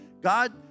God